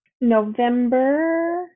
November